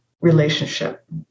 Relationship